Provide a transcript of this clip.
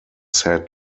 said